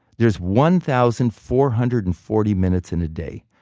there's one thousand four hundred and forty minutes in a day.